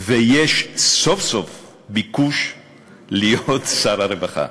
ויש וסוף-סוף ביקוש להיות שר הרווחה.